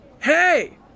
Hey